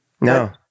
no